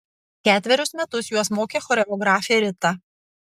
ketverius metus juos mokė choreografė rita